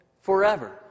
forever